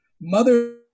Mother